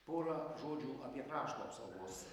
porą žodžių apie krašto apsaugos